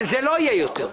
זה לא יהיה יותר.